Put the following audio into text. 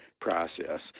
process